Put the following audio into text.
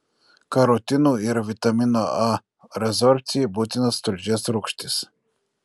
karotinų ir vitamino a rezorbcijai būtinos tulžies rūgštys